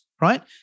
right